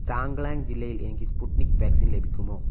ചാംഗ്ലാങ് ജില്ലയിൽ എനിക്ക് Sputnik vaccine ലഭിക്കുമോ